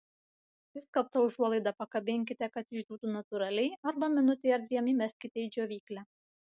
išskalbtą užuolaidą pakabinkite kad išdžiūtų natūraliai arba minutei ar dviem įmeskite į džiovyklę